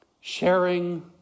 sharing